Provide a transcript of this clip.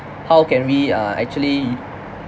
how can we uh actually